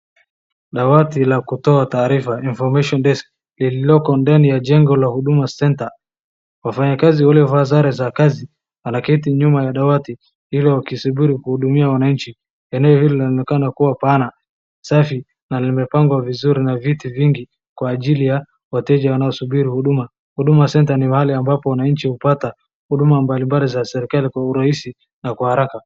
Dawati la kutoa taarifa, information desk , lililoko ndani ya jengo la huduma center . Wafanyikazi waliovaa sare za kazi wameketi nyuma ya dawati lililosubiri kuhudumia wananchi. Eneo hili linaonekana kuwa pana, safi na limepangwa vizuri na viti vingi kwa ajili ya wateja wanaosubiri huduma. Huduma center ni mahali ambapo wananchi hupata huduma mbalimbali za serikali kwa urahisi na kwa haraka.